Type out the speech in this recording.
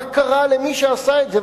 מה קרה למי שעשה את זה?